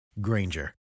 Granger